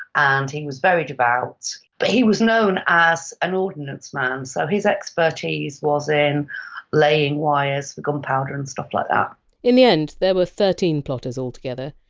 and he was very devout. but he was known as an ordinance man, so his expertise was in laying wires, the gunpowder and stuff like that in the end, there were thirteen plotters altogether.